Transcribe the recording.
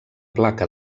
placa